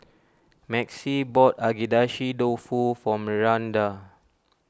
Maxie bought Agedashi Dofu for Miranda